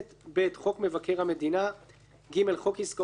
(ב) חוק מבקר המדינה; (ג) חוק עסקאות גופים